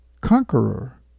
conqueror